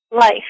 life